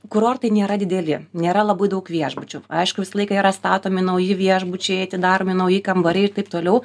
kurortai nėra dideli nėra labai daug viešbučių aišku visą laiką yra statomi nauji viešbučiai atidaromi nauji kambariai ir taip toliau